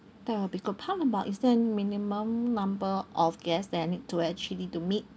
that will be good how about is there any minimum number of guests that I need to actually to meet